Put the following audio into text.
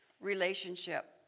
relationship